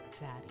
daddy